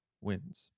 wins